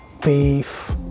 beef